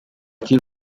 kiir